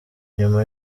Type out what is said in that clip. nyuma